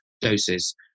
doses